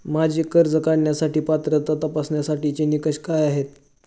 माझी कर्ज काढण्यासाठी पात्रता तपासण्यासाठीचे निकष काय आहेत?